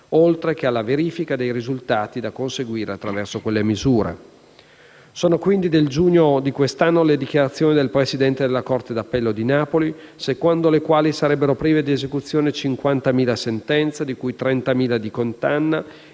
oltre che alla verifica dei risultati da conseguire attraverso quelle misure. Sono, quindi, del giugno di quest'anno le dichiarazioni del presidente della corte d'appello di Napoli, secondo le quali sarebbero prive di esecuzione 50.000 sentenze, di cui 30.000 di condanna,